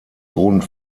grund